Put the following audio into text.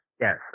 Yes